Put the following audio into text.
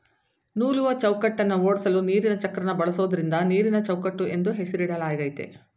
ನೂಲುವಚೌಕಟ್ಟನ್ನ ಓಡ್ಸಲು ನೀರಿನಚಕ್ರನ ಬಳಸೋದ್ರಿಂದ ನೀರಿನಚೌಕಟ್ಟು ಎಂದು ಹೆಸರಿಡಲಾಗಯ್ತೆ